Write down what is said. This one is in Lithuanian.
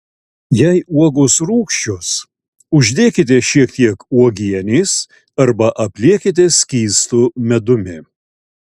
jei uogos rūgščios uždėkite šiek tiek uogienės arba apliekite skystu medumi